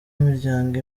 imiryango